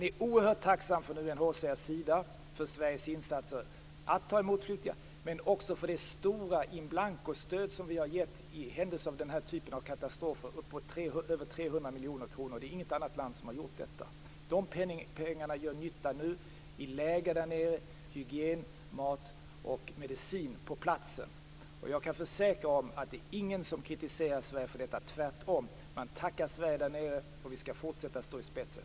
Från UNHCR:s sida är man oerhört tacksam för Sveriges insatser när det gäller att ta emot flyktingar liksom för det stora in blanko-stöd som vi har gett i händelse av den här typen av katastrofer - över 300 miljoner kronor. Inget annat land har gjort detta. De pengarna gör nu nytta där nere i läger. Det gäller då hygien, mat och medicin på platsen. Jag kan försäkra att ingen kritiserar Sverige för detta. Tvärtom tackar man Sverige där nere, och vi skall fortsätta att stå i spetsen.